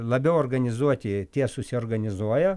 labiau organizuoti tie susiorganizuoja